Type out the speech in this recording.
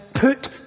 Put